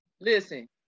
Listen